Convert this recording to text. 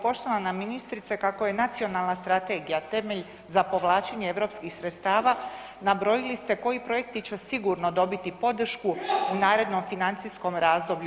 Poštovana ministrice, kako je nacionalna strategija temelj za povlačenje europskih sredstava nabrojili ste koji projekti će sigurno dobiti podršku u narednom financijskom razdoblju.